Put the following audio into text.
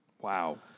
Wow